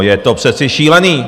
Je to přece šílené!